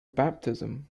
baptism